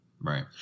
Right